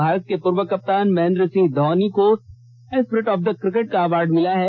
भारत के पूर्व कप्तान महेंद्र सिंह धौनी को स्प्रीट ऑफ द क्रिकेट का अवार्ड मिला है